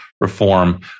reform